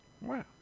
Wow